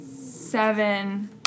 seven